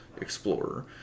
explorer